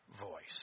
voice